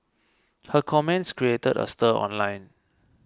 her comments created a stir online